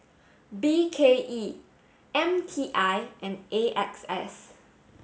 B K E M T I and A X S